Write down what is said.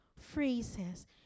phrases